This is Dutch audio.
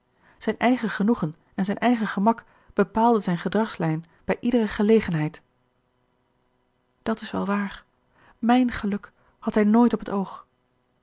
zijn eigen genoegen en zijn eigen gemak bepaalden zijn gedragslijn bij iedere gelegenheid dat is wel waar mijn geluk had hij nooit op het oog